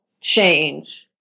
change